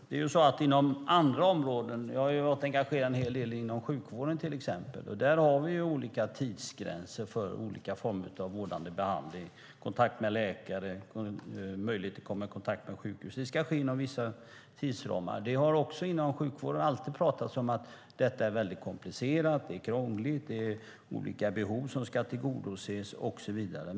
Fru talman! Men inom andra områden, till exempel inom sjukvården där jag har varit engagerad en hel del, har vi olika tidsgränser för olika former av vårdande behandling, kontakt med läkare, möjlighet att komma i kontakt med sjukhus. Det ska ske inom vissa tidsramar. Det har också inom sjukvården alltid pratas om att detta är väldigt komplicerat. Det är krångligt. Det är olika behov som ska tillgodoses och så vidare.